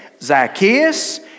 Zacchaeus